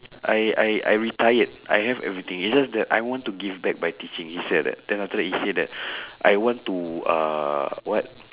I I I retired I have everything it's just that I want to give back by teaching he said that then after he said that I want to uh what